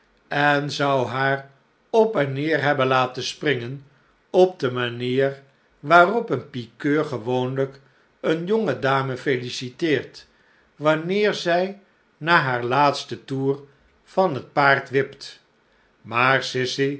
en zou haar op en neer hebben laten springen op de manier waarop een pikeur gewoonlijk eene jonge dame feliciteert wanneer zij na haar laatsten sleghte tijden toer van net paard wipt maar sissy